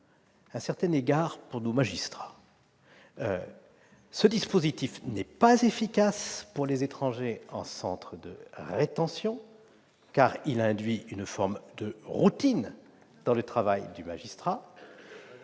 un certain égard pour nos magistrats ! Ce dispositif n'est pas efficace pour les étrangers en centre de rétention, car il induit une forme de routine dans le travail du magistrat.